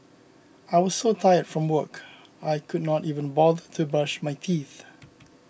I was so tired from work I could not even bother to brush my teeth